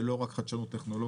זה לא רק חדשנות טכנולוגית,